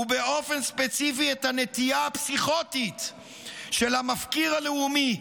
ובאופן ספציפי את הנטייה הפסיכוטית של המפקיר הלאומי,